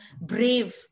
brave